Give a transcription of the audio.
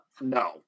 No